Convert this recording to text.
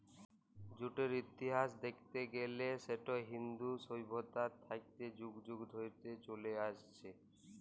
জুটের ইতিহাস দ্যাইখতে গ্যালে সেট ইন্দু সইভ্যতা থ্যাইকে যুগ যুগ ধইরে চইলে আইসছে